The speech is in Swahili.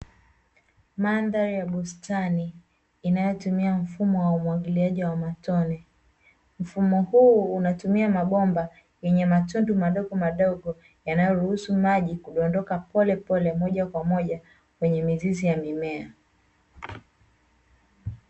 Mandhari ya bustani inayotumia mfumo wa umwagiliaji wa matone. Mfumo huu unatumia mabomba yenye matundu madogomadogo, yanayoruhusu maji kudondoka pole pole moja kwa moja kwenye mizizi ya mimea.